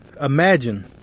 imagine